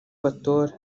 batora